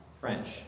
French